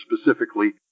specifically